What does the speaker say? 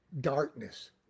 Darkness